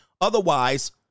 Otherwise